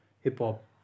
hip-hop